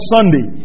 Sunday